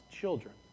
children